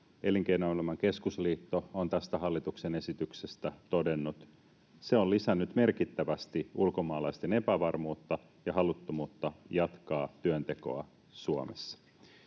Elinkeinoelämän keskusliitto on tästä hallituksen esityksestä todennut: ”Se on lisännyt merkittävästi ulkomaalaisten epävarmuutta ja haluttomuutta jatkaa työntekoa Suomessa.”